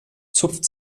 zupft